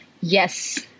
Yes